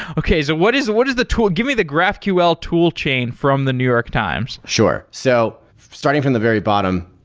okay. so what is what is the tool? give me the graphql toolchain from the new york times. sure. so starting from the very bottom,